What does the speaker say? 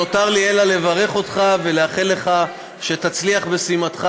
לא נותר לי אלא לברך אותך ולאחל לך שתצליח במשימתך.